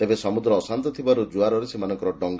ତେବେ ସମୁଦ୍ର ଅଶାନ୍ତ ଥିବାର୍ କୁଆରରେ ସେମାନଙ୍କର ଡଙ୍ଗ